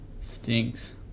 Stinks